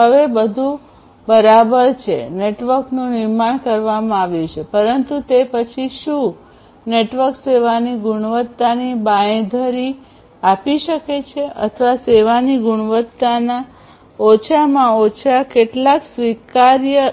હવે બધું બરાબર છે નેટવર્કનું નિર્માણ કરવામાં આવ્યું છે પરંતુ તે પછી શું નેટવર્ક સેવાની ગુણવત્તાની બાંયધરી આપી શકે છે અથવા સેવાની ગુણવત્તાના ઓછામાં ઓછા કેટલાક સ્વીકાર્ય